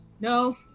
no